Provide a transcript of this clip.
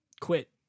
quit